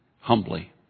humbly